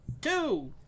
two